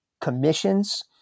commissions